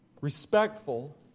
respectful